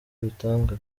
bitanga